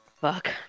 Fuck